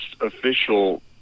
official